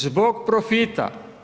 Zbog profita.